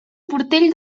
portell